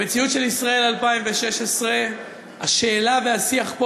במציאות של ישראל 2016 השאלה והשיח פה